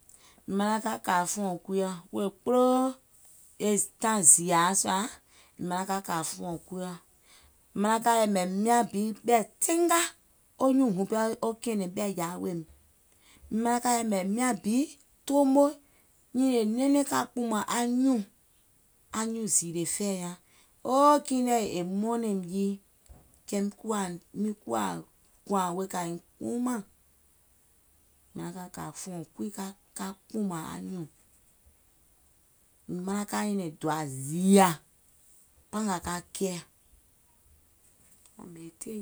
Mìŋ manaŋ ka kà fùɔ̀ŋ kuiɔ̀, wèè kpoloo tàìŋ zììyàa sùà, manaŋ ka kà fùɔ̀ŋ kuiɔ̀, manaŋ ka yɛ̀mɛ̀ miàŋ bi ɓɛ̀ teenga, wo nyùùŋ wuŋ pɛɛ kɛ̀ɛ̀nɛ̀ŋ ɓɛ̀ɛ̀jàa weèim, mìŋ manaŋ ka yɛ̀mɛ̀ miàŋ bi toomo, nyìnìè nɛɛnɛŋ ka kpùùmàŋ anyuùŋ zììlè fɛ̀ɛ̀ nyaŋ, o o kii nyiŋ nɛ̀ è mɔɔnɛ̀ìm jii, kɛɛ miŋ kuwȧ miŋ kuwà kùàŋ wèè ka nyiŋ kpuumàŋ, manaŋ ka kà fùɔ̀ŋ kui ka kpùùmàŋ anyùùŋ. Mìŋ manaŋ ka nyɛ̀nɛ̀ŋ dòà zììyà pangàà ka kɛɛ̀.